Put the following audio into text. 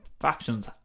factions